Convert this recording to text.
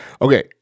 okay